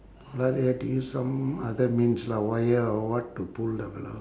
like that have to use some other means lah wire or what to pull out lah